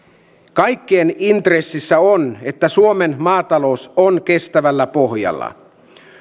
kaikkien intressissä on että suomen maatalous on kestävällä pohjalla